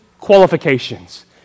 qualifications